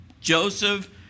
Joseph